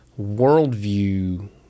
worldview